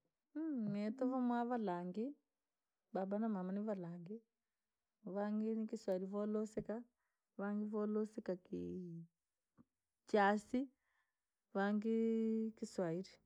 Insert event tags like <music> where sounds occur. <hesitation> miito vamwaree nivilangi, babaa na mamaa ni vilangii, vangi ni kiswairi voolusikaa, vangi voolusika kii- chasi, vangii kiswairi.